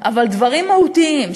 אבל דברים מהותיים,